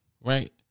right